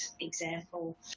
example